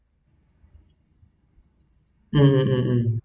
mm